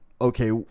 okay